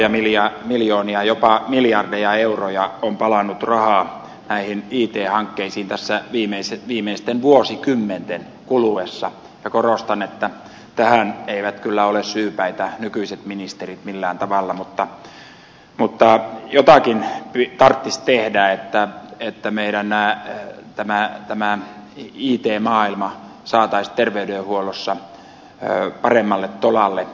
satoja miljoonia jopa miljardeja euroja on palanut rahaa näihin it hankkeisiin tässä viimeisten vuosikymmenten kuluessa ja korostan että tähän eivät kyllä ole syypäitä nykyiset ministerit millään tavalla mutta jotakin tarttis tehdä että meidän tämä it maailma saataisiin terveydenhuollossa paremmalle tolalle